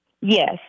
Yes